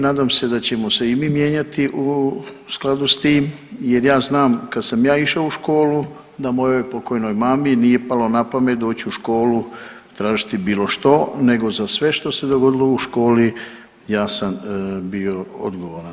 Nadam se da ćemo se i mi mijenjati u skladu sa tim, jer ja znam kad sam ja išao u školu, da mojoj pokojnoj mami nije palo na pamet doći u školu tražiti bilo što, nego za sve što se dogodilo u školi ja sam bio odgovoran.